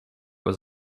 was